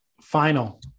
Final